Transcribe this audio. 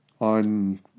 on